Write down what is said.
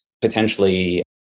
potentially